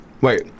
Wait